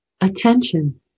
attention